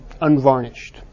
unvarnished